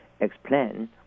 explain